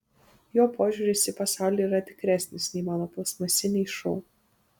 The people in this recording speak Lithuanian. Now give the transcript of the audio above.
jo požiūris į pasaulį yra tikresnis nei mano plastmasiniai šou